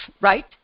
right